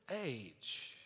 age